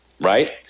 right